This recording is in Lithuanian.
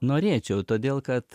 norėčiau todėl kad